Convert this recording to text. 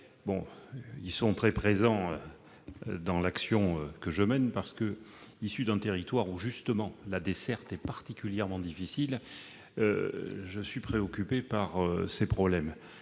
sont très présents dans l'action que je mène. Étant issu d'un territoire où la desserte internet est particulièrement difficile, je suis préoccupé par ces problèmes,